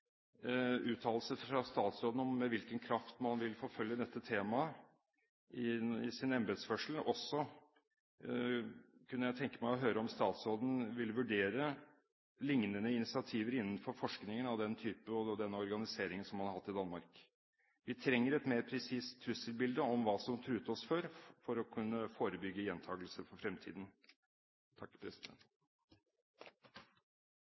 uttalelse fra statsråden om med hvilken kraft hun vil forfølge dette temaet i sin embetsførsel. Jeg kunne også tenke meg å høre om statsråden vil vurdere lignende initiativer innenfor forskningen av den typen og med den organisering som man har hatt i Danmark. Vi trenger et mer presist trusselbilde av hva som truet oss før, for å kunne forebygge gjentakelser for fremtiden.